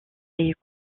est